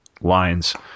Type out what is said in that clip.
lines